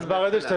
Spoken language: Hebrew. אז מר אדלשטיין,